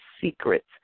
secrets